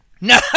No